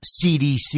CDC